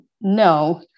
no